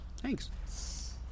Thanks